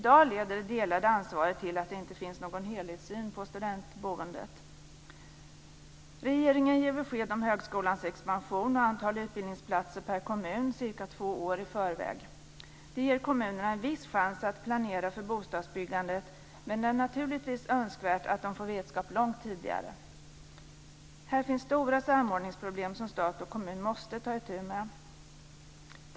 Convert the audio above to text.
I dag leder det delade ansvaret till att det inte finns någon helhetssyn på studentboendet. Regeringen ger besked om högskolans expansion och antal utbildningsplatser per kommun cirka två år i förväg. Det ger kommunerna en viss chans att planera för bostadsbyggandet, men det är naturligtvis önskvärt att de får vetskap långt tidigare. Här finns stora samordningsproblem som stat och kommun måste ta itu med.